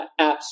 apps